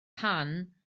pan